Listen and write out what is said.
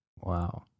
Wow